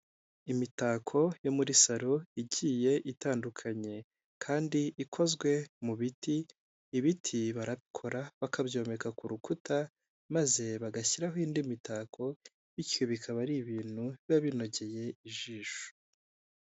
Imitako yo muri saro igiye itandukanye kandi ikozwe mu biti, ibiti barakora bakabyomeka ku rukuta, maze bagashyiraho indi mitako, bityo bikaba ari ibintu biba binogeye ijisho.